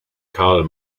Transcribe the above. karl